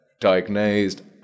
diagnosed